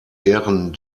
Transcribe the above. ehren